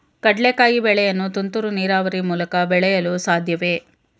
ಕಡ್ಲೆಕಾಯಿ ಬೆಳೆಯನ್ನು ತುಂತುರು ನೀರಾವರಿ ಮೂಲಕ ಬೆಳೆಯಲು ಸಾಧ್ಯವೇ?